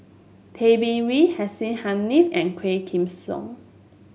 Tay Bin Wee Hussein Haniff and Quah Kim Song